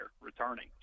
returning